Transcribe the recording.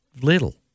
little